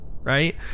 right